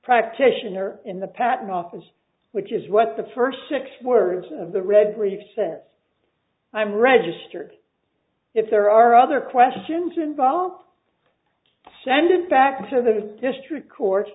practitioner in the patent office which is what the first six words of the red recess i'm registered if there are other questions involved send it back to the district court